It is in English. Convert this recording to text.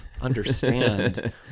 understand